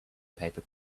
paper